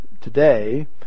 today